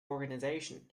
organisation